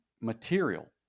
material